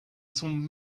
sum